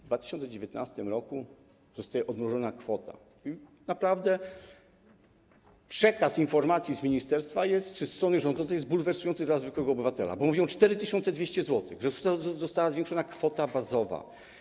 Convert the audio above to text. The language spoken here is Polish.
W 2019 r. zostaje odmrożona kwota i naprawdę przekaz informacji z ministerstwa czy ze strony rządzącej jest bulwersujący dla zwykłego obywatela, bo mówią, że 4200 zł, że została zwiększona kwota bazowa.